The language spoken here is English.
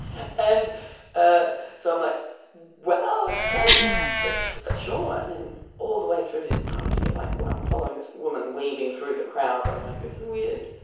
and ah so i'm like well okay let's let's sure. and then all the way through this party like i'm following this woman waving through the crowd and but i'm like this is weird.